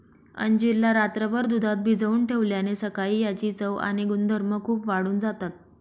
अंजीर ला रात्रभर दुधात भिजवून ठेवल्याने सकाळी याची चव आणि गुणधर्म खूप वाढून जातात